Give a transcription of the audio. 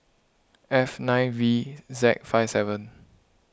F nine V Z five seven